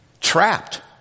Trapped